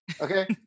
okay